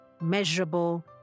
measurable